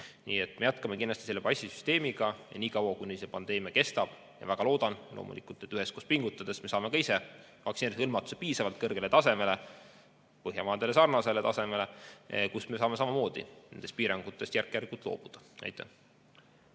Nii et me jätkame kindlasti selle passisüsteemiga niikaua, kuni see pandeemia kestab. Väga loodan loomulikult, et üheskoos pingutades me saame ka vaktsineerimisega hõlmatuse piisavalt kõrgele tasemele, Põhjamaadega sarnasele tasemele, nii et me saame samamoodi nendest piirangutest järk-järgult loobuda. Helmen